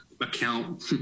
account